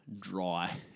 dry